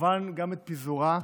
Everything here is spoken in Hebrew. וכמובן גם את פיזורה,